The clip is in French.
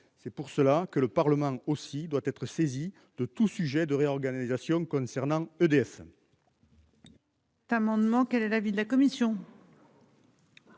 C'est pour cela que le Parlement aussi doit être saisie de tout sujet de réorganisation concernant EDF. Cet amendement. Quel est l'avis de la commission.